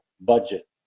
budget